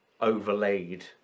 overlaid